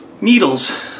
Needles